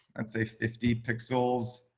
and say fifty pixels.